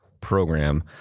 program